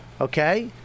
okay